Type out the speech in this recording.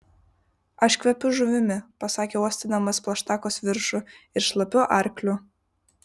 aš kvepiu žuvimi pasakė uostydamas plaštakos viršų ir šlapiu arkliu